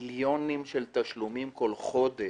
מיליוני תשלומים כל חודש.